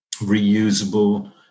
reusable